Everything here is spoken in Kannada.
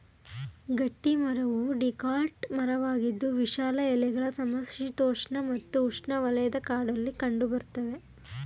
ಗಟ್ಟಿಮರವು ಡಿಕಾಟ್ ಮರವಾಗಿದ್ದು ವಿಶಾಲ ಎಲೆಗಳ ಸಮಶೀತೋಷ್ಣ ಮತ್ತು ಉಷ್ಣವಲಯದ ಕಾಡಲ್ಲಿ ಕಂಡುಬರ್ತವೆ